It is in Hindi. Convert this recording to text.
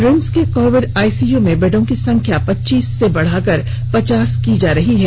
रिम्स के कोविड आईसीयू में बेडों की संख्या को पच्चीस से बढ़ाकर पच्चास किया जा रहा है